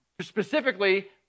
specifically